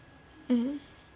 mmhmm